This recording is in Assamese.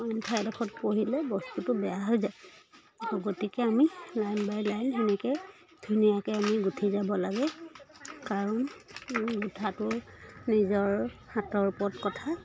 ঠাইডোখৰত পৰিলে বস্তুটো বেয়া হৈ যায় গতিকে আমি লাইন বাই লাইন সেনেকৈ ধুনীয়াকৈ আমি গুঁঠি যাব লাগে কাৰণ ঊল গোঁঠাটো নিজৰ হাতৰ ওপৰত কথা